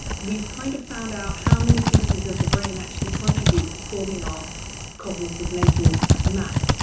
we've kind of found out how many pieces of the brain actually contribute to forming our cognitive mental map.